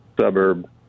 suburb